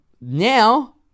now